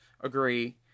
agree